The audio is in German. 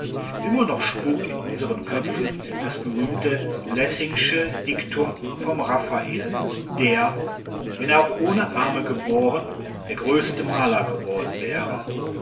immer noch spukt in unseren köpfen das berühmte lessingsche diktum vom raffael der wenn er auch ohne arme geboren der größte maler geworden wäre